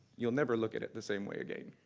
you'll never look at it the same way again.